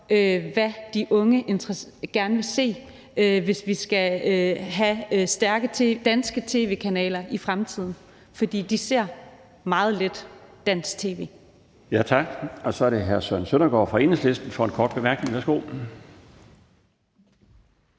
hvad de unge gerne vil se, hvis vi skal have stærke danske tv-kanaler i fremtiden. For de ser meget lidt dansk tv.